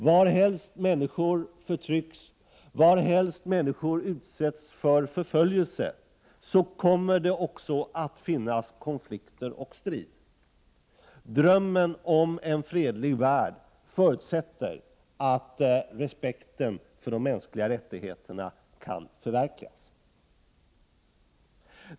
Varhelst människor förtrycks, varhelst människor utsätts för förföljelse, kommer det också att finnas konflikter och strid. Drömmen om en fredlig värld förutsätter att de mänskliga rättigheterna respekteras.